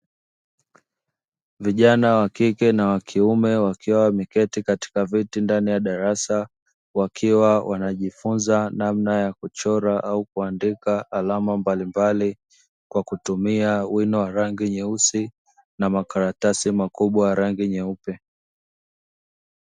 Vijana wa kike na wa kiume, wakiwa wameketi katika viti ndani ya darasa. Wakiwa wanajifunza aina ya kuchora na kuandika alama mbalimbali kwa kutumia wino wa rangi nyeusi, na makaratasi makubwa ya rangi nyeupe.